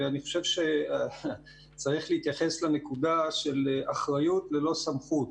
ואני חושב שצריך להתייחס לנקודה של אחריות ללא סמכות.